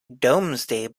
domesday